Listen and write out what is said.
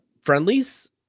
friendlies